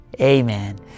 amen